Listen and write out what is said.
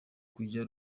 kujya